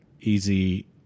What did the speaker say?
easy